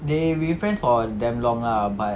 they been friends for damn long ah but